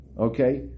Okay